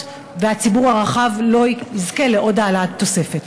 והציבור הרחב לא יזכה לעוד תוספת?